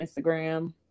Instagram